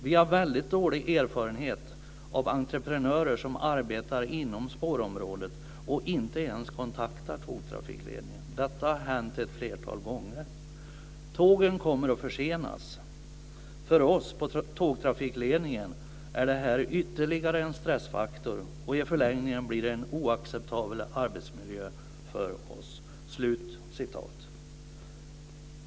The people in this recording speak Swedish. Vi har väldigt dålig erfarenhet av entreprenörer som arbetar inom spårområdet och inte ens kontaktar tågtrafikledningen. Detta har hänt ett flertal gånger. Tågen kommer att försenas. För oss på tågtrafikledningen är det här ytterligare en stressfaktor, och i förlängningen blir det en oacceptabel arbetsmiljö för oss.